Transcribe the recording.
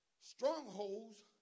Strongholds